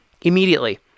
immediately